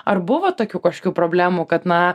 ar buvo tokių kažkokių problemų kad na